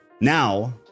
Now